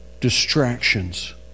distractions